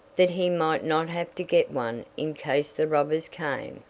that he might not have to get one in case the robbers came,